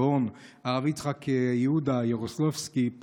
הגאון הרב יצחק יהודה ירוסלבסקי,